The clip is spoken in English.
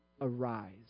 arise